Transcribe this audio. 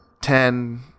ten